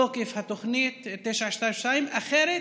תוקף תוכנית 922. אחרת,